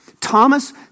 Thomas